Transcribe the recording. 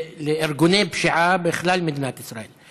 לארגוני פשיעה בכלל מדינת ישראל.